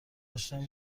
داشتم